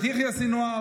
את יחיא סנוואר,